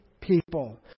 people